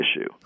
issue